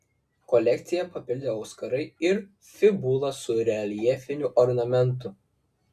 kolekciją papildė auskarai ir fibula su reljefiniu ornamentu